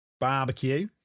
barbecue